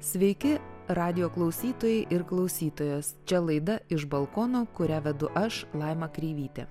sveiki radijo klausytojai ir klausytojos čia laida iš balkono kurią vedu aš laima kreivytė